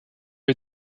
lui